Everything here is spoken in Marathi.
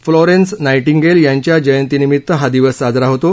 फ्लोरेन्स नाईटिंगेल यांच्या जयंतीनिमित्त हा दिवस साजरा होतो